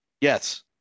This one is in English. Yes